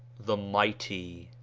the mighty.